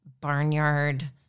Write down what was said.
barnyard